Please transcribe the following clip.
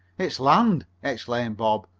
it's land! exclaimed bob.